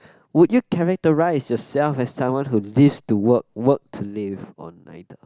would you characterise yourself as someone who lives to work work to live or neither